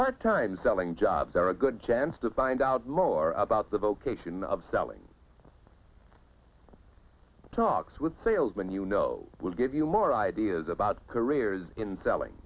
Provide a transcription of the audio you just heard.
part time selling job there are good chance to find out more about the vocation of selling talks with salesmen you know will give you more ideas about careers in sell